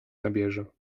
nabierze